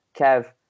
Kev